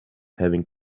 having